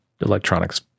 electronics